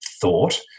thought